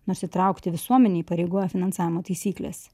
nors įtraukti visuomenę įpareigoja finansavimo taisyklės